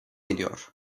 ediyor